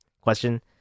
question